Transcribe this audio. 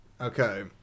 Okay